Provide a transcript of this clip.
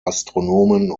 astronomen